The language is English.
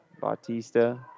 Bautista